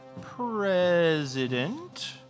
president